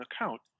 account